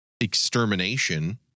extermination